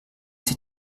sich